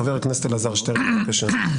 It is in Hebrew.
חבר הכנסת אלעזר שטרן, בבקשה.